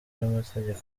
n’amategeko